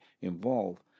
involved